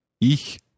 Ich